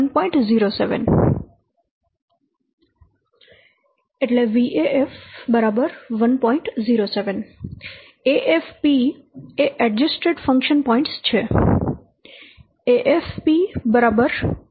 07 AFP એ adjusted function points છે